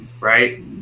right